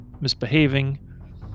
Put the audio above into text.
misbehaving